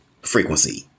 frequency